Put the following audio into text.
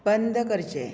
बंद करचें